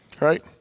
right